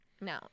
no